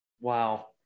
wow